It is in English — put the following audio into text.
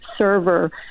server